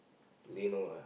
today no lah